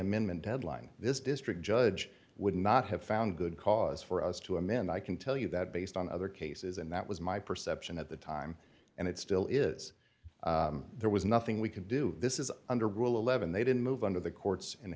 amendment deadline this district judge would not have found good cause for us to amend i can tell you that based on other cases and that was my perception at the time and it still is there was nothing we can do this is under rule eleven they didn't move under the court's